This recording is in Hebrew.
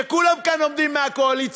כשכולם כאן מהקואליציה